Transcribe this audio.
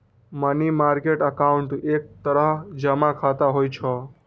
money market account एक तरह जमा खाता होइ छै